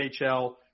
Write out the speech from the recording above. NHL